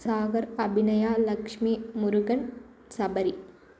Sagar Abhinaya Lakshmi Murugan Sabari